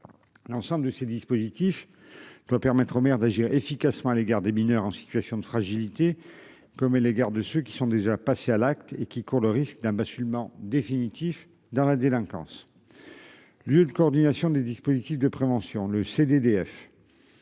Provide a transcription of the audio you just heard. L'ensemble de ces dispositifs doit permettre aux maires d'agir efficacement à l'égard des mineurs en situation de fragilité comme et l'égard de ceux qui sont déjà passés à l'acte et qui courent le risque d'un basculement définitif dans la délinquance. Lieu de coordination des dispositifs de prévention. Le CDF.